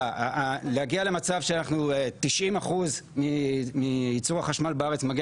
להגיע למצב ש-90% מיצור החשמל בארץ מגיע